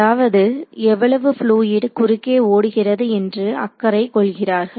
அதாவது எவ்வளவு ஃபூளியிட் குறுக்கே ஓடுகிறது என்று அக்கறை கொள்கிறார்கள்